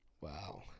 wow